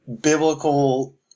biblical